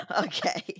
Okay